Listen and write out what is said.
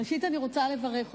ראשית אני רוצה לברך אותך,